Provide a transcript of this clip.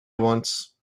once